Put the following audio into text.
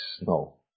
No